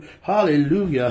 hallelujah